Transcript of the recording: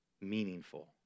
meaningful